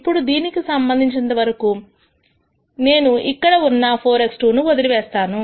ఇప్పుడు దీనికి సంబంధించిన వరకు నేను ఇక్కడ ఉన్న 4 x2 ను వదిలేసాను